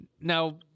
Now